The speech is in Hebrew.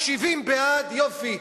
70 בעד, יופי.